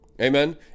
Amen